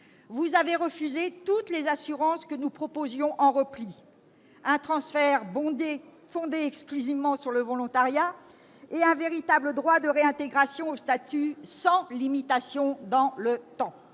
vous avez refusé toutes les assurances que nous proposions en repli : un transfert fondé exclusivement sur le volontariat et un véritable droit de réintégration au statut sans limitation dans le temps.